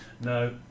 No